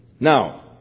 Now